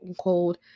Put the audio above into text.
Cold